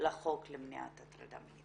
לחוק למניעת הטרדה מינית.